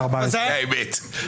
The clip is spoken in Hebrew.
ההסתייגות הוסרה.